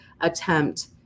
attempt